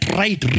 right